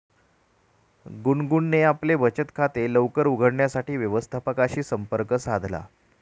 गुनगुनने आपले बचत खाते लवकर उघडण्यासाठी व्यवस्थापकाशी संपर्क साधला